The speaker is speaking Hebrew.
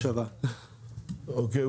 הצבעה אושר.